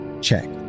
check